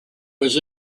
was